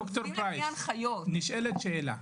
ד"ר פרייס,